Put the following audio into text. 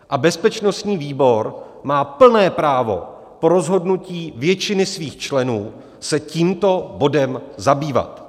A bezpečnostní výbor má plné právo po rozhodnutí většiny svých členů se tímto bodem zabývat.